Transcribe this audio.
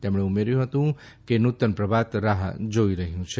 તેમણે ઉમેર્યું હતું કે નૂતન પ્રભાત રાહ જોઈ રહ્યું છે